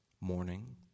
Morning